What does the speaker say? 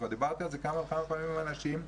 כבר דיברתי על זה כמה פעמים עם אנשים,